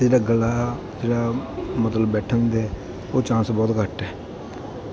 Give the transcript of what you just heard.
ਅਤੇ ਜਿਹੜਾ ਗਲਾ ਜਿਹੜਾ ਮਤਲਬ ਬੈਠਣ ਦੇ ਉਹ ਚਾਂਸ ਬਹੁਤ ਘੱਟ ਹੈ